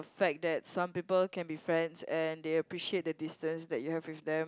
fact that some people can be friends and they appreciate the distance that you have with them